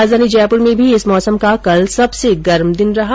राजधानी जयपुर में भी इस मौसम का कल सबसे गर्म दिन रहा